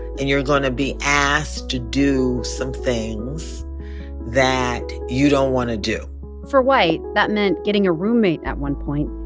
and you're going to be asked to do some things that you don't want to do for white, that meant getting a roommate at one point,